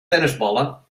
tennisballen